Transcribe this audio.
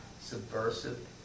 subversive